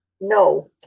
No